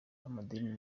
amadini